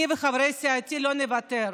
אני וחברי סיעתי לא נוותר.